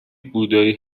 بودایی